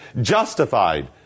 justified